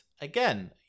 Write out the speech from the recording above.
again